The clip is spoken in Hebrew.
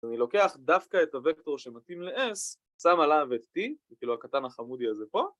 אז אני לוקח דווקא את הוקטור שמתאים ל-S, שם עליו את T, זה כאילו הקטן החמודי הזה פה